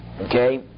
okay